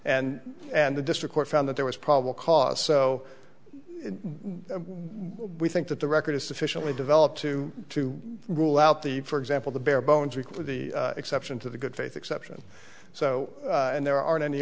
and and the district court found that there was probable cause so we think that the record is sufficiently developed to to rule out the for example the bare bones week with the exception to the good faith exception so and there aren't any